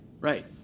Right